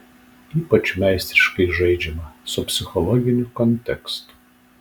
ypač meistriškai žaidžiama su psichologiniu kontekstu